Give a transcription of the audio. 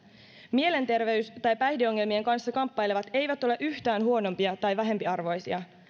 mielenterveys tai päihdeongelmien kanssa kamppailevat eivät ole yhtään huonompia tai vähempiarvoisia